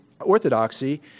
orthodoxy